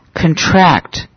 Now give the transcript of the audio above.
contract